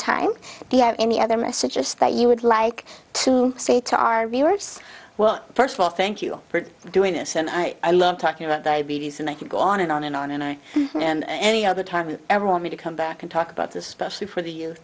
time do you have any other messages that you would like to say to our viewers well first of all thank you for doing this and i love talking about diabetes and i could go on and on and on and i and any other time you ever want me to come back and talk about this specially for the you